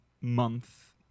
month